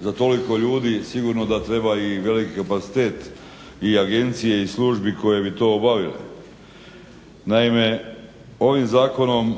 Za toliko ljudi sigurno da treba i veliki kapacitet i agencije i službi koje bi to obavile. Naime, ovim zakonom